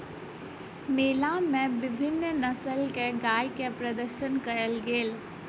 मेला मे विभिन्न नस्लक गाय के प्रदर्शन कयल गेल